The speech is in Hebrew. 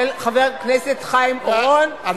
של חבר הכנסת חיים אורון.